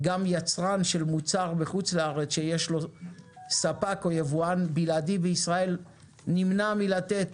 גם יצרן של מוצר בחוץ לארץ שיש לו ספק או יבואן בלעדי בישראל נמנע מלתת